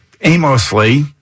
aimlessly